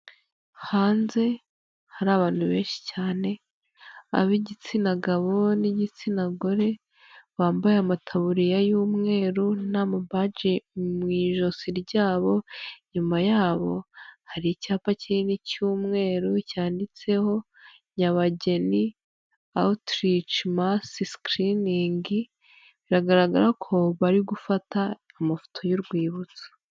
Hanze hari abantu benshi cyane ab'igitsina gabo n'igitsina gore bambaye amataburiya y'umweru n'amabaji mu ijosi ryabo inyuma yabo hari icyapa kinini cy'umweru cyanditseho nyabageni awuturici masi sikiriningi biragaragara ko bari gufata amafoto y'urwibutso.